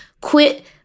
quit